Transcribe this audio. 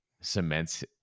cements